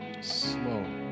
slow